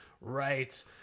Right